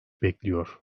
bekliyor